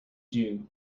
jew